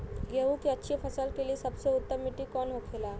गेहूँ की अच्छी फसल के लिए सबसे उत्तम मिट्टी कौन होखे ला?